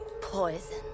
poison